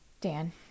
Dan